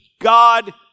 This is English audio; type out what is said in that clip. God